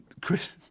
Chris